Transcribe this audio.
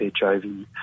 HIV